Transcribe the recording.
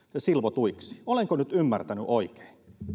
silvotuiksi olenko nyt ymmärtänyt oikein